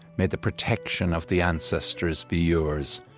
may the protection of the ancestors be yours.